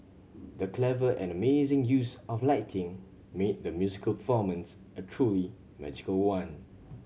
the clever and amazing use of lighting made the musical formance a truly magical one